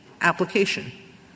application